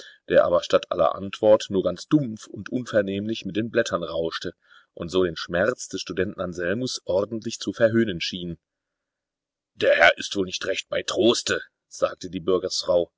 der aber statt aller antwort nur ganz dumpf und unvernehmlich mit den blättern rauschte und so den schmerz des studenten anselmus ordentlich zu verhöhnen schien der herr ist wohl nicht recht bei troste sagte die